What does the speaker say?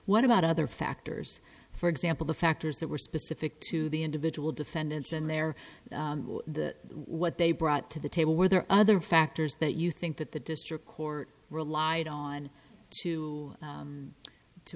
what about other factors for example the factors that were specific to the individual defendants and their the what they brought to the table were there other factors that you think that the district court relied on to